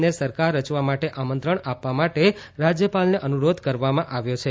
ને સરકાર રચવા માટે આમંત્રણ આપવા માટે રાજ્યપાલને અનુરોધ કરવામાં આવ્યો છે